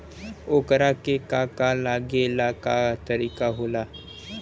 ओकरा के का का लागे ला का तरीका होला?